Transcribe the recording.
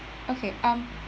okay um